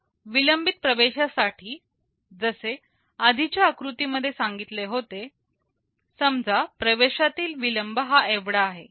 आता विलंबित प्रवेशासाठी जसं आधीच्या आकृती मध्ये सांगितलं होतं समजा प्रवेशातील विलंब हा एवढा आहे